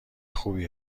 خوبی